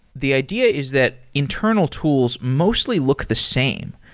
the idea is that internal tools mostly look the same.